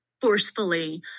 forcefully